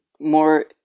More